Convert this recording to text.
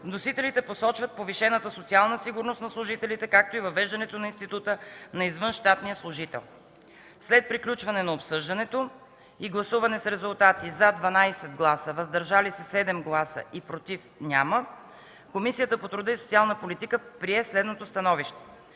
вносителите посочват повишената социална сигурност на служителите, както и въвеждането на института на извънщатния служител. След приключване на обсъждането и гласуване с резултати: „за” 12 гласа, без „против” и „въздържали се” 7 гласа, Комисията по труда и социалната политика прие следното становище: